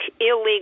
illegal